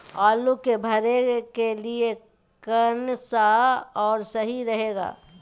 आलू के भरे के लिए केन सा और सही रहेगा?